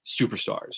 superstars